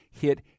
hit